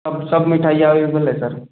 सब सब मिठाइयाँ अवेएबल हैं सर